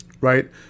right